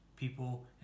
people